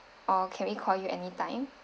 or can we call you anytime